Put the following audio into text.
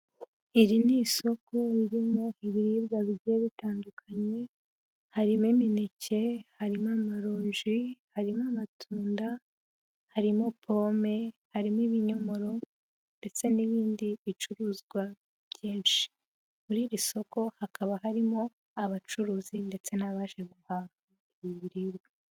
Iri ni isoko ririmo ibiribwa bigiye bitandukanye, harimo imineke, hari n'amaroji, harimo amatunda, harimo pome, harimo ibinyomoro ndetse n'ibindi bicuruzwa byinshi, muri iri soko hakaba harimo abacuruzi ndetse n'abaje guhanga ibiribwa.